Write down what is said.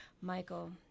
Michael